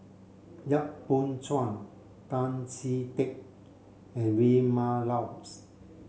Yap Boon Chuan Tan Chee Teck and Vilma Laus